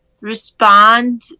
respond